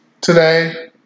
today